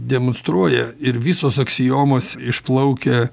demonstruoja ir visos aksiomos išplaukia